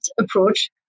approach